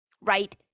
right